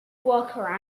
worker